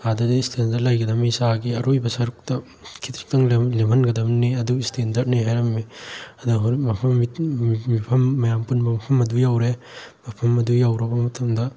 ꯑꯥꯗꯗꯤ ꯏꯁꯇꯦꯟꯗ꯭ꯔꯠ ꯂꯩꯒꯗꯃꯤ ꯆꯥꯒꯤ ꯑꯔꯣꯏꯕ ꯁꯔꯨꯛꯇ ꯈꯖꯤꯛꯇꯪ ꯂꯦꯝꯍꯟꯒꯗꯝꯅꯤ ꯑꯗꯨ ꯏꯁꯇꯦꯟꯗ꯭ꯔꯠꯅꯤ ꯍꯥꯏꯔꯝꯃꯤ ꯑꯗꯨꯒ ꯃꯤꯐꯝ ꯃꯌꯥꯝ ꯄꯨꯟꯕ ꯃꯐꯝ ꯑꯗꯨ ꯌꯧꯔꯦ ꯃꯐꯝ ꯑꯗꯨ ꯌꯧꯔꯕ ꯃꯇꯝꯗ